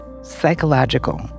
psychological